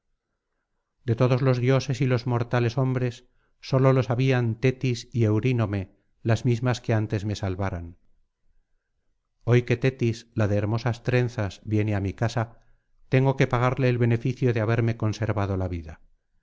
de todos los dioses y los mortales hombres sólo lo sabían tetis y eurínome las mismas que antes me salvaran hoy que tetis la de hermosas trenzas viene á mi casa tengo que pagarle el beneficio de haberme conservado la vida